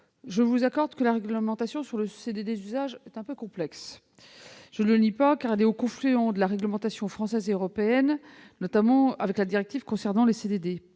Je vous l'accorde, la réglementation sur le CDD d'usage est un peu complexe, car elle se situe au confluent des réglementations française et européenne, notamment avec la directive concernant les CDD.